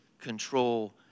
control